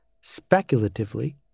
speculatively